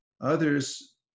Others